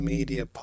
Media